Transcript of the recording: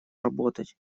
работать